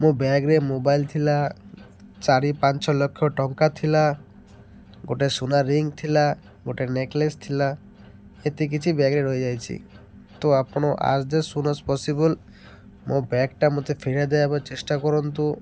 ମୋ ବ୍ୟାଗ୍ରେ ମୋବାଇଲ୍ ଥିଲା ଚାରି ପାଞ୍ଚ ଲକ୍ଷ ଟଙ୍କା ଥିଲା ଗୋଟେ ସୁନା ରିଙ୍ଗ୍ ଥିଲା ଗୋଟେ ନେକ୍ଲେସ୍ ଥିଲା ଏତେ କିଛି ବ୍ୟାଗ୍ରେ ରହିଯାଇଛି ତ ଆପଣ ଆଜ୍ ସୁୁନ୍ ଆଜ୍ ପସିବୁଲ୍ ମୋ ବ୍ୟାଗ୍ଟା ମୋତେ ଫେରାଇ ଦେବାକୁ ଚେଷ୍ଟା କରନ୍ତୁ